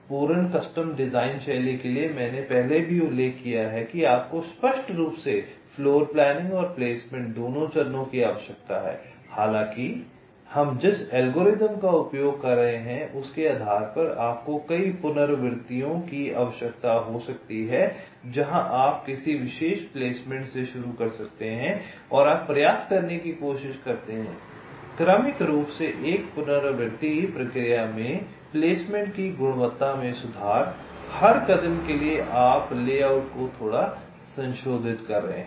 पूर्ण custom design शैली के लिए मैंने पहले भी उल्लेख किया है कि आपको स्पष्ट रूप से फ़्लोरप्लेनिंग और प्लेसमेंट दोनों चरणों की आवश्यकता है हालांकि हम जिस एल्गोरिथ्म का उपयोग कर रहे हैं उसके आधार पर आपको कई पुनरावृत्तियों की आवश्यकता हो सकती है जहां आप किसी विशेष प्लेसमेंट से शुरू कर सकते हैं और आप प्रयास करने की कोशिश करते हैं क्रमिक रूप से एक पुनरावृत्ति प्रक्रिया में प्लेसमेंट की गुणवत्ता में सुधार हर कदम के लिए आप लेआउट को थोड़ा संशोधित कर रहे हैं